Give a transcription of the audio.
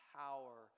power